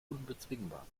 unbezwingbar